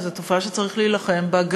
וזו תופעה שצריך להילחם בה,